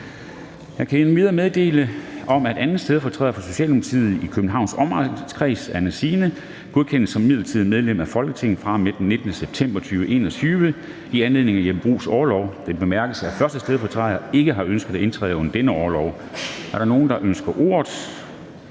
Jeg har endvidere modtaget indstilling om, at 2. stedfortræder for Socialdemokratiet i Københavns Omegns Storkreds, Anne Sina, godkendes som midlertidigt medlem af Folketinget fra og med den 19. september 2021 i anledning af Jeppe Bruus’ orlov. Det bemærkes, at 1. stedfortræder ikke har ønsket at indtræde under denne orlov. Er der nogen, der ønsker ordet?